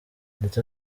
ndetse